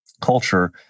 culture